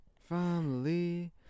Family